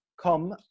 come